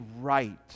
right